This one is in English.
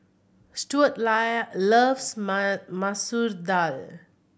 Stuart loves Masoor Dal